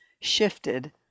shifted